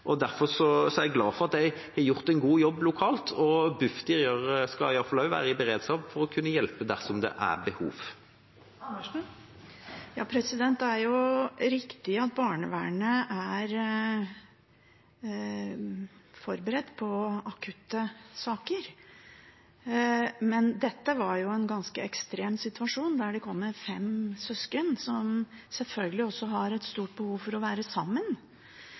akutt. Derfor er jeg glad for at de har gjort en god jobb lokalt. Bufdir skal også være i beredskap for å kunne hjelpe dersom det er behov. Det er riktig at barnevernet er forberedt på akutte saker, men dette var en ganske ekstrem situasjon der det kom fem søsken, som selvfølgelig også har et stort behov for å være sammen.